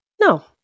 No